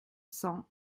cents